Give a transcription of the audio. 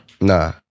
Nah